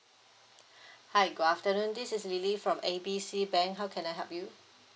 hi good afternoon this is lily from A B C bank how can I help you